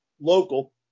local